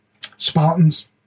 Spartans